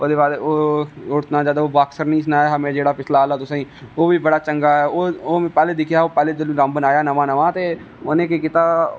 ओहदे बाद ओह बाॅक्सर नेईं सनाया हा जेह़ड़ा पिछला आहला तुसेंगी ओह्बी बड़ा चंगा ऐओह् में पैह्लें दिक्खेआ हा पैह्लें जदूं रामबन आया नमां नमां ते उनें केह् कीता